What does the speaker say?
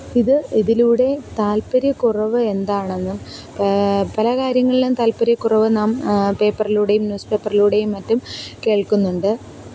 ഇത് ഇതിലൂടെ താല്പ്പര്യക്കുറവ് എന്താണെന്ന് പല കാര്യങ്ങളിലും താല്പ്പര്യക്കുറവ് നാം പേപ്പറിലൂടെയും ന്യൂസ് പേപ്പറിലൂടെയും മറ്റും കേള്ക്കുന്നുണ്ട്